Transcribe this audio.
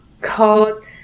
called